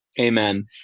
Amen